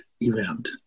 event